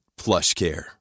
PlushCare